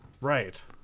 Right